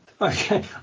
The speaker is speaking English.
Okay